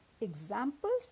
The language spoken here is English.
Examples